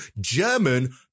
german